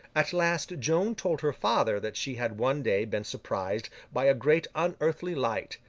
at last, joan told her father that she had one day been surprised by a great unearthly light,